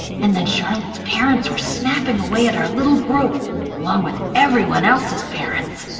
and then charlotte's parents were snapping away at our little group along with everyone else's parents.